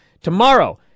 tomorrow